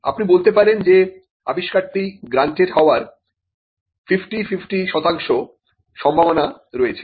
আপনি বলতে পারেন যে আবিষ্কারটি গ্রান্টেড হবার 50 50 শতাংশ সম্ভাবনা রয়েছে